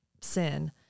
sin